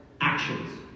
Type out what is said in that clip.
actions